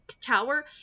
tower